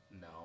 No